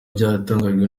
byatangajwe